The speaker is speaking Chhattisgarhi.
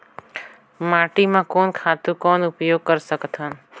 माटी म कोन खातु कौन उपयोग कर सकथन?